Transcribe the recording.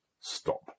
Stop